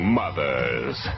mothers